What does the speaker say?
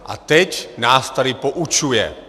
A teď nás tady poučuje.